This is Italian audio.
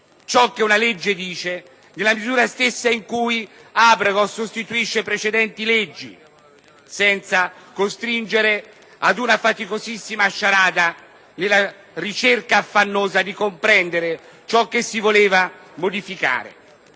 ciò che una legge dice nella misura in cui abroga o sostituisce precedenti leggi, senza costringere attraverso una faticosissima sciarada a cercare affannosamente di comprendere ciò che si voleva modificare;